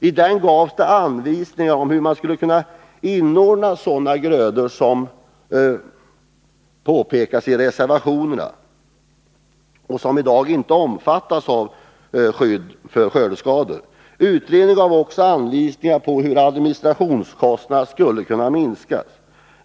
I det gavs anvisningar om hur man skulle kunna inordna sådana grödor som berörs i reservationerna och som i dag inte omfattas av skydd mot skördeskador. Utredningen gav också anvisningar om hur administrationskostnaderna skulle kunna minskas.